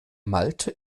malte